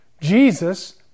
Jesus